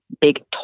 big